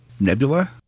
Nebula